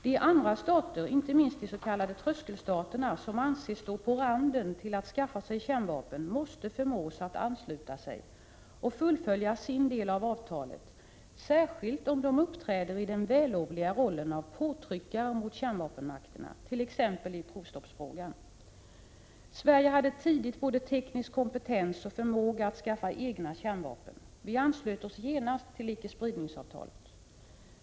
De andra staterna, inte minst de s.k. tröskelstaterna, som anses stå på randen till att skaffa sig kärnvapen, måste förmås att ansluta sig till och fullfölja sin del av avtalet. Detta gäller särskilt om de uppträder i den vällovliga rollen av påtryckare på kärnvapenmakterna, t.ex. i provstoppsfrågan. Sverige hade tidigt både teknisk kompetens och förmåga att skaffa egna kärnvapen. Vi anslöt oss genast till icke-spridningsavtalet.